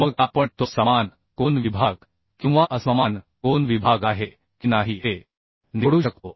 मग आपण तो समान कोन विभाग किंवा असमान कोन विभाग आहे की नाही हे निवडू शकतो